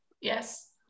Yes